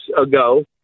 ago